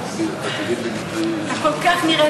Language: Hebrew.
אתה נראה